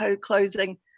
closing